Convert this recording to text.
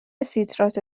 سیتراته